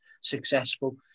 successful